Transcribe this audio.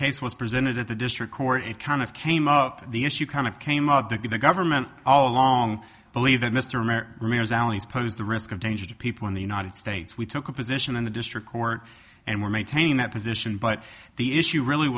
case was presented at the district court it kind of came up the issue kind of came up that the the government all along believe that mister posed a risk of danger to people in the united states we took a position in the district court and we're maintaining that position but the issue really